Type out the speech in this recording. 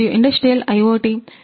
industry 4